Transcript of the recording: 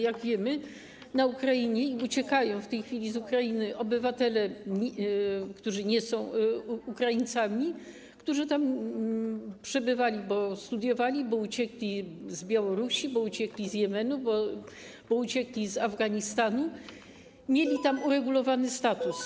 Jak wiemy, uciekają w tej chwili z Ukrainy obywatele, którzy nie są Ukraińcami, którzy tam przebywali, bo studiowali, bo uciekli z Białorusi, bo uciekli z Jemenu, bo uciekli z Afganistanu, a mieli tam uregulowany status.